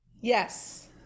Yes